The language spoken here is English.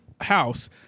house